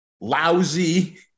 lousy